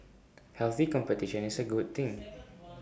healthy competition is A good thing